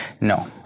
no